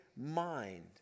mind